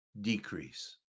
decrease